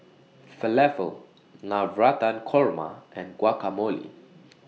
Falafel Navratan Korma and Guacamole